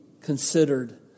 considered